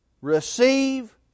receive